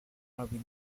harvey